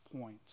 point